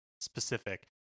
specific